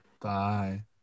bye